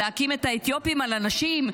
להקים את האתיופים על הנשים?